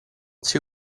two